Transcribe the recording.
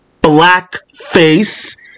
blackface